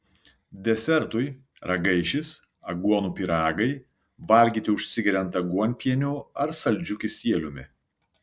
desertui ragaišis aguonų pyragai valgyti užsigeriant aguonpieniu ar saldžiu kisieliumi